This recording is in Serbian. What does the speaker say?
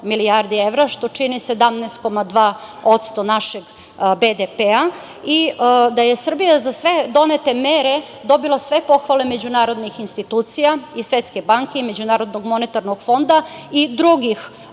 milijardi evra što čini 17,2% našeg BDP, i da je Srbija za sve donete mere dobila sve pohvale međunarodnih institucija, Svetske banke i MMF i drugih